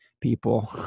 people